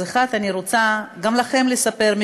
אז אני רוצה גם לכם לספר,